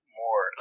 more